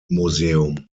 museum